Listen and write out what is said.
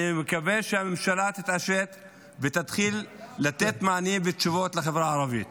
אני מקווה שהממשלה תתעשת ותתחיל לתת מענה ותשובות לחברה הערבית.